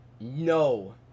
no